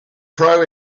pro